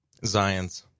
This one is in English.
Zions